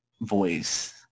voice